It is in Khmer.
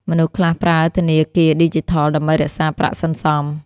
មនុស្សខ្លះប្រើធនាគារឌីជីថលដើម្បីរក្សាប្រាក់សន្សំ។